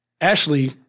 Ashley